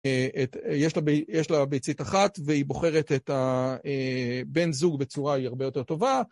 יש לה ביצית אחת והיא בוחרת את הבן זוג בצורה היא הרבה יותר טובה